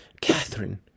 Catherine